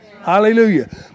Hallelujah